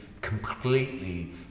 completely